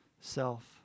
self